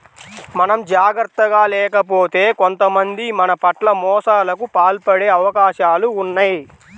మనం జాగర్తగా లేకపోతే కొంతమంది మన పట్ల మోసాలకు పాల్పడే అవకాశాలు ఉన్నయ్